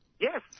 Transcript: Yes